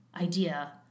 idea